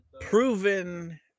proven